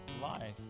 life